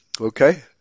Okay